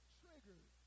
triggered